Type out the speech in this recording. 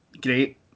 great